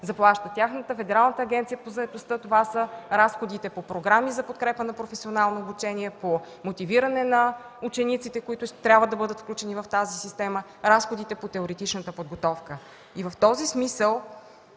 и тяхната Федерална агенция по заетостта, са разходите по програми за подкрепа на професионално обучение, по мотивиране на учениците, които ще трябва да бъдат включени в тази система, разходите по теоретичната подготовка. В този смисъл